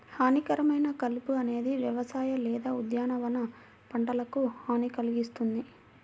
హానికరమైన కలుపు అనేది వ్యవసాయ లేదా ఉద్యానవన పంటలకు హాని కల్గిస్తుంది